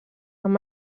amb